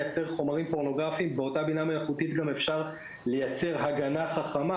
לייצר חומרים פורנוגרפיים אפשר גם לייצר הגנה חכמה.